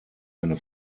eine